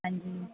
ਹਾਂਜੀ